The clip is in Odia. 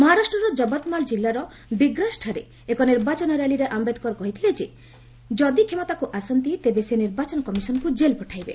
ମହାରାଷ୍ଟ୍ରର ଯବତମାଳ ଜିଲ୍ଲାର ଡିଗ୍ରାସଠାରେ ଏକ ନିର୍ବାଚନ ର୍ୟାଲିରେ ଆମ୍ଭେଦକର କହିଥିଲେ ସେ ଯଦି କ୍ଷମତାକୁ ଆସନ୍ତି ତେବେ ସେ ନିର୍ବାଚନ କମିଶନଙ୍କୁ ଜେଲ୍ ପଠାଇବେ